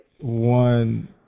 one